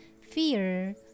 fear